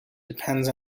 depends